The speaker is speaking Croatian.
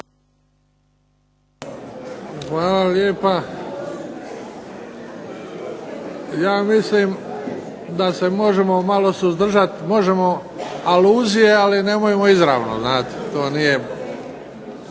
Hvala lijepa. Ja mislim da se možemo malo suzdržati, možemo aluzije, ali nemojmo izravno znate. To nije.